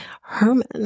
Herman